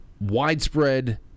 widespread